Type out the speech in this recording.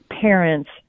parents